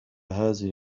هذه